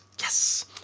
Yes